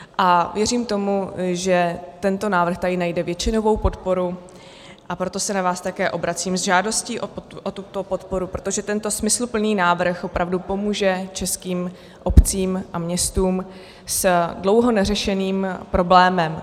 A věřím tomu, že tento návrh tady najde většinovou podporu, a proto se na vás také obracím s žádostí o tuto podporu, protože tento smysluplný návrh opravdu pomůže českým obcím a městům s dlouho neřešeným problémem.